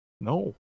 No